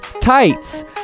Tights